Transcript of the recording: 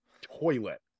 Toilet